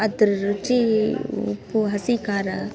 ಅದ್ರ ರುಚಿ ಉಪ್ಪು ಹಸಿ ಖಾರ